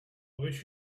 wish